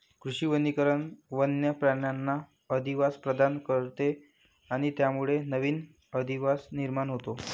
कृषी वनीकरण वन्य प्राण्यांना अधिवास प्रदान करते आणि त्यामुळे नवीन अधिवास निर्माण होतो